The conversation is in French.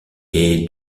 est